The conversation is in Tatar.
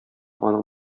аның